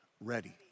ready